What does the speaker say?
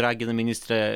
ragino ministre